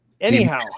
anyhow